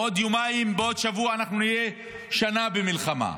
בעוד שבוע אנחנו נהיה שנה במלחמה,